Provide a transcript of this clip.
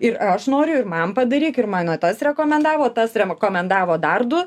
ir aš noriu ir man padaryk ir mano tas rekomendavo tas rekomendavo dar du